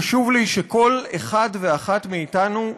חשוב לי שכל אחד ואחת מאתנו,